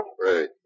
right